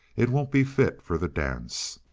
it won't be fit for the dance.